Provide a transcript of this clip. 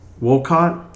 Wolcott